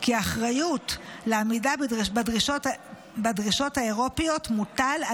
כי האחריות לעמידה בדרישות האירופיות מוטלת